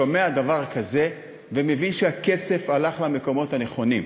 כשהוא שומע דבר כזה הוא מבין שהכסף הלך למקומות הנכונים.